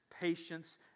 patience